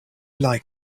like